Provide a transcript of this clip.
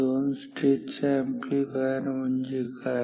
दोन स्टेज चा अॅम्प्लीफायर म्हणजे काय